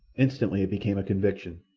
instantly it became a conviction.